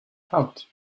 out